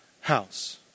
house